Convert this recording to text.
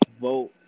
vote